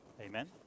amen